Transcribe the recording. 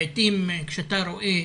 לעיתים כשאתה רואה,